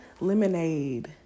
lemonade